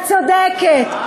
את צודקת.